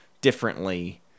differently